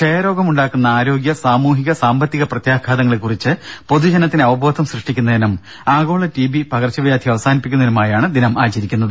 ക്ഷയരോഗമുണ്ടാക്കുന്ന ആരോഗ്യ സാമൂഹിക സാമ്പത്തിക പ്രത്യാഘാതങ്ങളെക്കുറിച്ച് പൊതുജനത്തിന് അവബോധം സൃഷ്ടിക്കുന്നതിനും ആഗോള ടിബി പകർച്ചവ്യാധി അവസാനിപ്പിക്കുന്നതിനുമായാണ് ദിനം ആചരിക്കുന്നത്